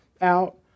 out